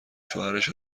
شوهرش